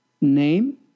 name